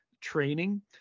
Training